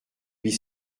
huit